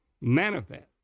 manifest